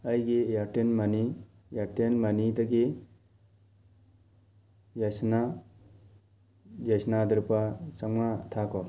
ꯑꯩꯒꯤ ꯏꯌꯥꯔꯇꯦꯜ ꯃꯅꯤ ꯏꯌꯥꯔꯇꯦꯜ ꯃꯅꯤꯗꯒꯤ ꯌꯥꯏꯁꯅꯥ ꯌꯥꯏꯁꯅꯥꯗ ꯂꯨꯄꯥ ꯆꯥꯝꯃꯉꯥ ꯊꯥꯈꯣ